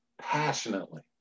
passionately